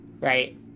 right